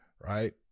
right